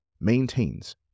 maintains